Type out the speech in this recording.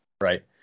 right